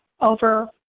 over